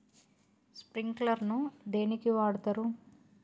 Sprinkler ను దేనికి వాడుతరు?